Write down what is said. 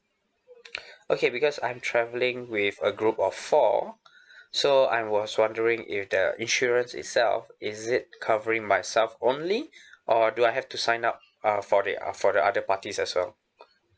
okay because I'm travelling with a group of four so I was wondering if the insurance itself is it covering myself only or do I have to sign up uh for the uh for the other parties as well